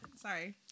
Sorry